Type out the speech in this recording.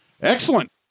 Excellent